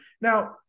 Now